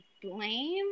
blame